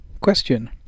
question